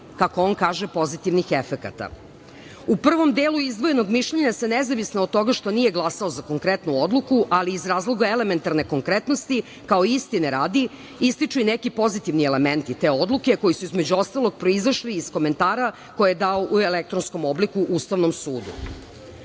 kako on kaže, pozitivnih efekata.U prvom delu izdvojenog mišljenja se nezavisno od toga što nije glasalo za konkretnu odluku, ali i iz razloga elementarne konkretnosti kao istine radi ističu neki pozitivni elementi te odluke koji su između ostalog proizašli iz komentara koje je dao u elektronskom obliku Ustavnom